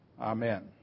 Amen